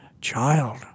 child